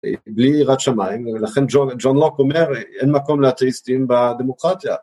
בלי יראת שמיים, ולכן ג'ון לוק אומר אין מקום לאתאיסטים בדמוקרטיה.